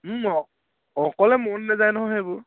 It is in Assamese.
উম অঁ অকলে মন নাযায় নহয় সেইবোৰ